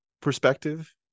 perspective